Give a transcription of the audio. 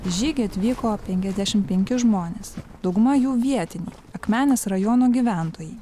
žygį atvyko penkiasdešimt penki žmonės dauguma jų vietinių akmenės rajono gyventojai